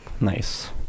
Nice